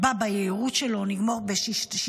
הצמיחה לא אותו דבר, התחילה חזית צפונית,